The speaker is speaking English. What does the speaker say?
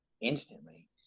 instantly